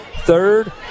Third